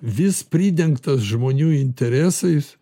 vis pridengtas žmonių interesais